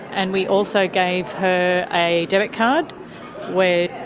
and we also gave her a debit card where,